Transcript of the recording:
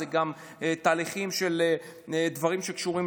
זה גם תהליכים של דברים שקשורים